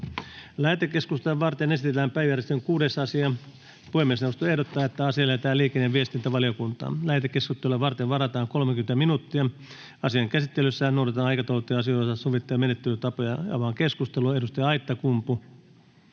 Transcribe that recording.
Lähetekeskustelua varten esitellään päiväjärjestyksen 6. asia. Puhemiesneuvosto ehdottaa, että asia lähetetään liikenne- ja viestintävaliokuntaan. Lähetekeskustelua varten varataan 30 minuuttia. Asian käsittelyssä noudatetaan aikataulutettujen asioiden osalta sovittuja menettelytapoja. Avaan keskustelun. Edustaja Aittakumpu,